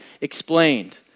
explained